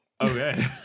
Okay